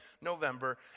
November